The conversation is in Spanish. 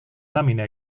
lámina